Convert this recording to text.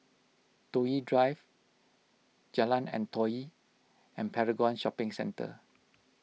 Toh Yi Drive Jalan Antoi and Paragon Shopping Centre